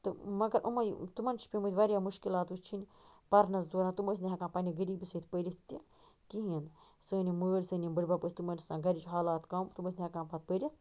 تہٕ مگر أمٕے تِمن چھِ پیٚمٕتۍ وارِیاہ مشکِلات وٕچھِنۍ پرنس دوران تٔمۍ ٲسۍ نہٕ ہیٚکان پننہِ غٔریٖبی سۭتۍ پٔرِتھ تہِ کِہیٖنۍ سٲنۍ یِم مٲلۍ سٲنۍ یِم بٕڈِبب ٲسۍ تِمن ٲسۍ آسان گَرِچ حالات کَم تِم ٲسۍ نہٕ ہیٚکان پتہٕ پٔرِتھ